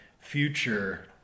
future